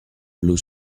blue